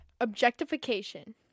objectification